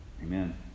Amen